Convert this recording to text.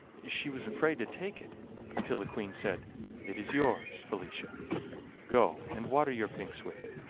she was afraid to take it until the queen said it is yours, felicia go and water your pinks with it,